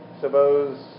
suppose